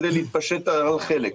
כדי להתפשר על חלק.